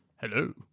hello